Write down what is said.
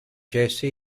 jesse